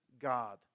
God